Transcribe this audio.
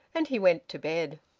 and he went to bed.